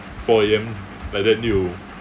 four A_M like that need to